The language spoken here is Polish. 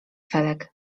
felek